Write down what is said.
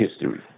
history